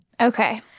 Okay